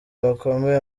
bakomeye